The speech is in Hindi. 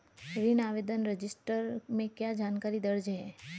ऋण आवेदन रजिस्टर में क्या जानकारी दर्ज है?